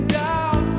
down